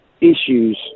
issues